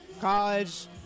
college